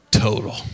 total